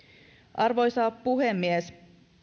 arvoisa puhemies